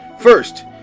First